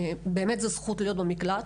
זו באמת זכות להיות במקלט,